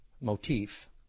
motif